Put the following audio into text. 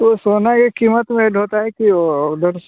तो सोना यह क़ीमत में ऐड होता है कि वह अदर